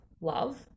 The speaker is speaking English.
love